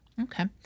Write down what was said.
Okay